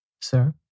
Sir